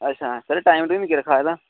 अच्छा sir time टुइम केह् रक्खे दा सर एह्दा